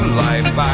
life